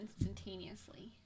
instantaneously